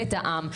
בית העם,